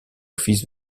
office